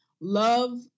love